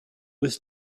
was